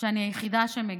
שאני היחידה שמגיבה.